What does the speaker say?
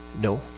No